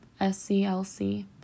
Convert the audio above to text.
SCLC